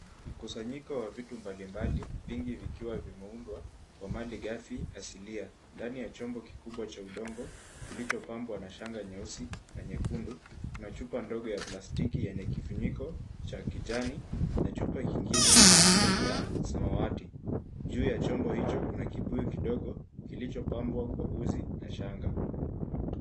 Mkusanyiko wa vitu mbalimbali, vingi vikiwa vimeundwa kwa malighafi asilia. Ndani ya chombo kikubwa cha udongo kilichopambwa na shanga nyeusi na nyekundu, kuna chupa ndogo ya plastiki yenye kifuniko cha kijani na chupa kingine ya samawati. Juu ya chombo hicho kuna kibuyu kidogo kilichopambwa kwa uzi na shanga.